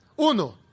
Uno